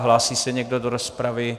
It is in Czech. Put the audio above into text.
Hlásí se někdo do rozpravy?